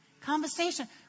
conversation